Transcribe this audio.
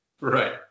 Right